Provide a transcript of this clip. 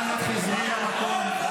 אנא חזרי למקום.